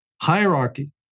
hierarchy